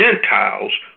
Gentiles